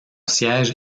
siège